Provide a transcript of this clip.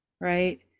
right